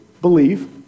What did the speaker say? believe